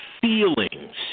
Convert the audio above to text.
feelings